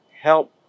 help